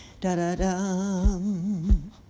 da-da-dum